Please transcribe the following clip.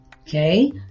Okay